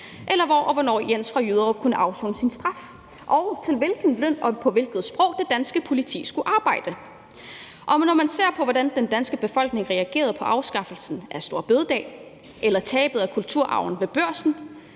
eller hvor og hvornår Jens fra Jyderup kunne afsone sin straf, og til hvilken løn og på hvilket sprog det danske politi skulle arbejde. Når man ser på, hvordan den danske befolkning reagerede på afskaffelsen af store bededag eller tabet af kulturarven ved Børsen,